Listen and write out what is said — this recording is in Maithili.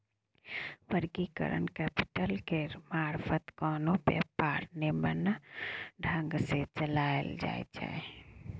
वर्किंग कैपिटल केर मारफत कोनो व्यापार निम्मन ढंग सँ चलाएल जाइ छै